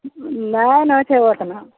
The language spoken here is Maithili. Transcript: नहि ने होइ छै ओतना